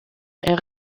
est